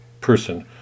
person